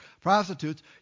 Prostitutes